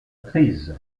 crise